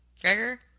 Gregor